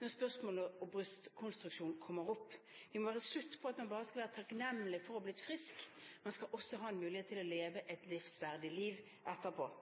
når spørsmålet om brystrekonstruksjon kommer opp. Det må være slutt på at man bare skal være takknemlig for å ha blitt frisk, man skal også ha en mulighet til å leve et verdig liv etterpå.